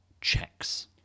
checks